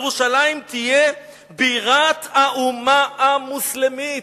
"ירושלים תהיה בירת האומה המוסלמית".